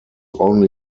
only